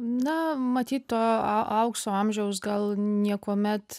na matyt to a aukso amžiaus gal niekuomet